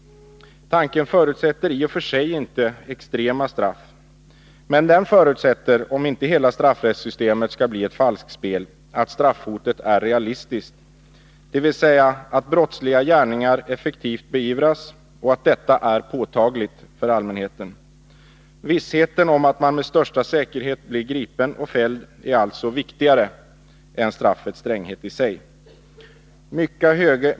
Tanken förutsätter i och för sig inte extrema straff, men den förutsätter, om inte hela straffrättssystemet skall bli ett falskspel, att straffhotet är realistiskt, dvs. att brottsliga gärningar effektivt beivras och att detta är påtagligt för allmänheten. Vissheten om att man med största säkerhet blir gripen och fälld är alltså viktigare än straffets stränghet i sig.